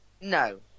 no